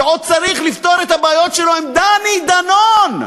שעוד צריך לפתור את הבעיות שלו עם דני דנון,